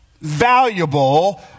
valuable